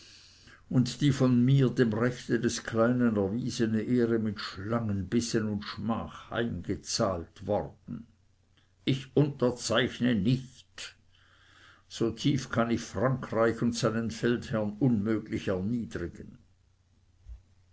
und die von mir dem rechte des kleinen erwiesene ehre mit schlangenbissen und schmach heimgezahlt worden ich unterzeichne nicht so tief kann ich frankreich und seinen feldherrn unmöglich erniedrigen